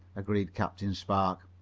agreed captain spark.